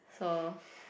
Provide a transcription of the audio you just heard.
so